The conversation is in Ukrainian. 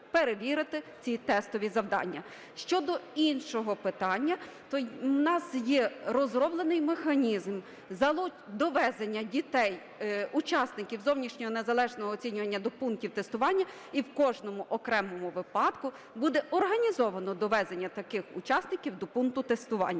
перевірити ці тестові завдання. Щодо іншого питання, то у нас є розроблений механізм довезення дітей, учасників зовнішнього незалежного оцінювання, до пунктів тестування. І в кожному окремому випадку буде організовано довезення таких учасників до пункту тестування.